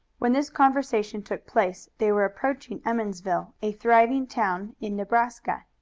when this conversation took place they were approaching emmonsville, a thriving town in nebraska.